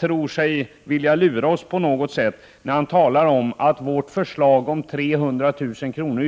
tror han sig lura oss på något sätt, när han talar om att vårt förslag om 300 000 kr.